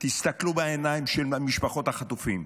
תסתכלו בעיניים של משפחות החטופים,